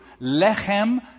lechem